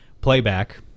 playback